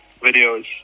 videos